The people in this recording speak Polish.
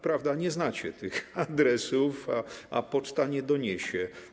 Prawda, nie znacie tych adresów, a poczta nie doniesie.